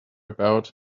about